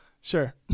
Sure